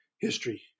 history